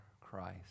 Christ